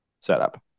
setup